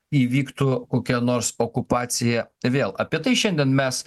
įvyktų kokia nors okupacija vėl apie tai šiandien mes